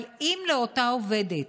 אבל אם לאותה עובדת